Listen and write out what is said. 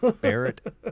Barrett